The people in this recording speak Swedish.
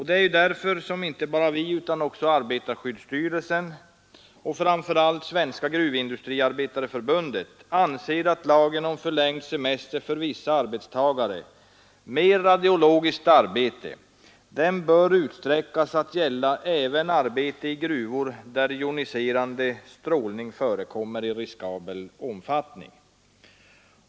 Det är därför som inte bara vi utan också arbetarskyddsstyrelsen och framför allt Svenska gruvindustriarbetareförbundet anser att lagen om förlängd semester för vissa arbetstagare med radiologiskt arbete bör utsträckas till att gälla även arbetstagare på arbetsplatser, där joniserande strålning förekommer i riskabel omfattning.